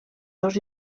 dos